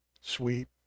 sweet